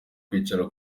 kwicara